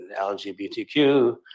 lgbtq